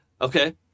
okay